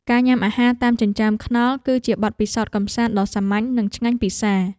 ការញ៉ាំអាហារតាមចិញ្ចើមថ្នល់ គឺជាបទពិសោធន៍កម្សាន្តដ៏សាមញ្ញ និងឆ្ងាញ់ពិសា។